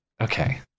okay